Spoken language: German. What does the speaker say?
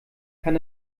kann